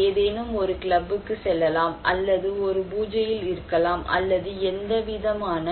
நான் ஏதேனும் ஒரு கிளப்புக்குச் செல்லலாம் அல்லது ஒரு பூஜையில் இருக்கலாம் அல்லது எந்தவிதமான